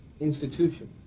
institution